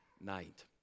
night